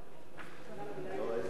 הלך